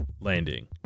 landing